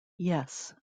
yes